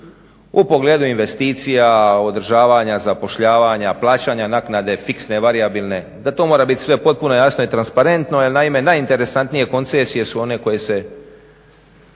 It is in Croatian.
u pogledu investicija, održavanja, zapošljavanja, plaćanja naknade fiksne, varijabilne da to mora biti sve potpuno jasno i transparentno jer naime najinteresantnije koncesije su one koje se